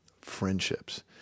Friendships